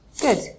Good